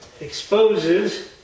exposes